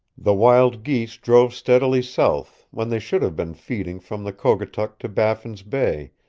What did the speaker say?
the wild geese drove steadily south when they should have been feeding from the kogatuk to baffin's bay,